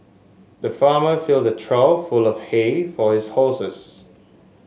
the farmer filled a trough full of hay for his horses